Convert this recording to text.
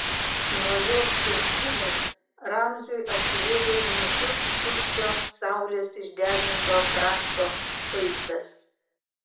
nuo jos viršūnės ramziui atsivėrė nykus tuščio saulės išdeginto krašto vaizdas